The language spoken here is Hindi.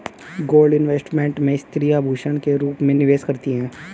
गोल्ड इन्वेस्टमेंट में स्त्रियां आभूषण के रूप में निवेश करती हैं